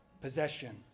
possession